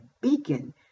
beacon